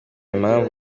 impamvu